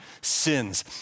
sins